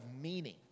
meaning